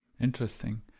interesting